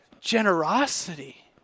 generosity